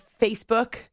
Facebook